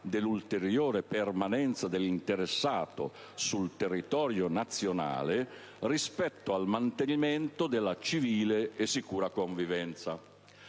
dell'ulteriore permanenza dell'interessato sul territorio nazionale rispetto al mantenimento della civile e sicura convivenza.